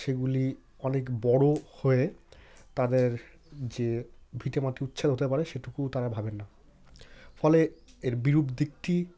সেগুলি অনেক বড় হয়ে তাদের যে ভিটেমাটি উচ্ছেদ হতে পারে সেটুকুও তারা ভাবেন না ফলে এর বিরূপ দিকটি